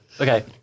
Okay